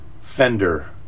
fender